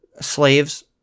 slaves